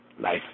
life